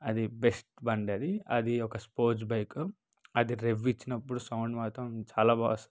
అది బెస్ట్ బండి అది అది ఒక స్పోర్ట్స్ బైకు అది రేవ్ ఇచ్చినప్పుడు సౌండ్ మాత్రం చాలా బాగా వస్తుంది